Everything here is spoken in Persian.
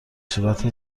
صورت